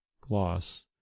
gloss